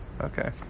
Okay